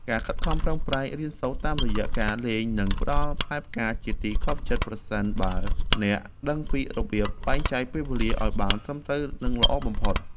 ការខិតខំប្រឹងប្រែងរៀនសូត្រតាមរយៈការលេងនឹងផ្តល់ផ្លែផ្កាជាទីគាប់ចិត្តប្រសិនបើអ្នកដឹងពីរបៀបបែងចែកពេលវេលាឱ្យបានត្រឹមត្រូវនិងល្អបំផុត។